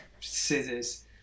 scissors